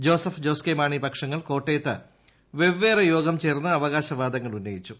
Joseph Jose K Mani പക്ഷങ്ങൾ കോട്ടയത്ത് വെവ്വേറെ യോഗം ചേർന്ന് അവകാശവാദങ്ങൾ ഉന്നയിച്ചു